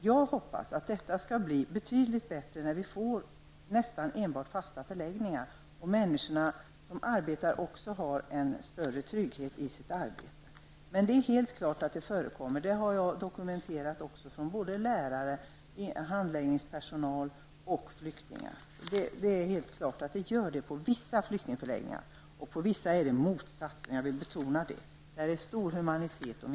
Jag hoppas att detta skall bli betydligt bättre när vi får nästan enbart fasta förläggningar, då de som arbetar på förläggningarna också har en större trygghet i sitt arbete. Men det är helt klart att detta förtryck förekommer på vissa flyktingförläggningar. Det har jag fått dokumenterat från lärare, handläggningspersonal och flyktingar. Men på vissa håll är förhållandet det motsatta, vilket jag vill betona. Där finns stor medmänsklighet.